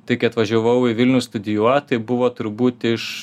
tai kai atvažiavau į vilnių studijuot tai buvo turbūt iš